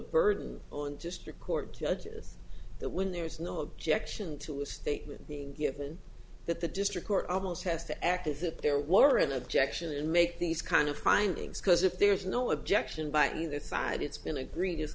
burden on just the court judges that when there is no objection to a statement being given that the district court almost has to act as if there were an objection make these kind of findings because if there is no objection by either side it's been agreed is